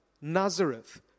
Nazareth